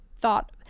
thought